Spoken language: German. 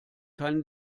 keine